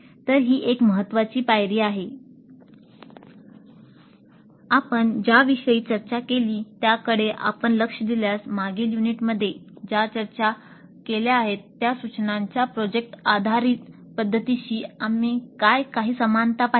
तर ही एक महत्वाची पायरी आहे आपण ज्याविषयी चर्चा केली त्याकडे आपण लक्ष दिल्यास मागील युनिटमध्ये ज्या चर्चा केली त्या सूचनांच्या प्रोजेक्ट आधारित पध्दतीशी आम्ही काही समानता पाहिली